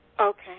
Okay